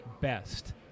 best